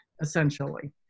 essentially